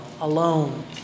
alone